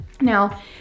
Now